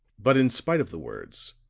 but in spite of the words,